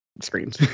screams